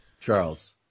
Charles